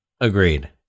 Agreed